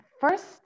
first